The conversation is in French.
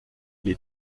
les